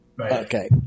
okay